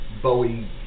Bowie